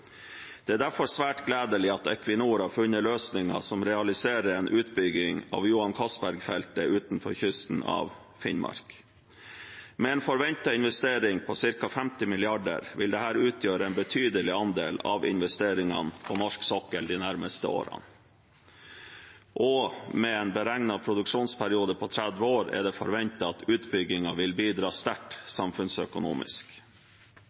Det er derfor svært gledelig at Equinor har funnet løsninger som realiserer en utbygging av Johan Castberg-feltet utenfor kysten av Finnmark. Med en forventet investering på ca. 50 mrd. kr vil dette utgjøre en betydelig andel av investeringene på norsk sokkel i de nærmeste årene. Og med en beregnet produksjonsperiode på 30 år er det forventet at utbyggingen vil bidra